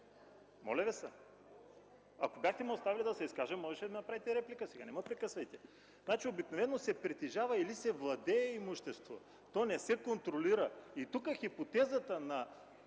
Моля Ви се! Ако бяхте ме оставили да се изкажа, можеше да направите реплика. Сега не ме прекъсвайте. Значи обикновено се притежава или се владее имущество, то не се контролира. Тук хипотезата на